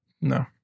No